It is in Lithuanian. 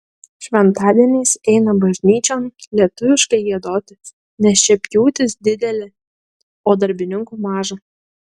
šventadieniais eina bažnyčion lietuviškai giedoti nes čia pjūtis didelė o darbininkų maža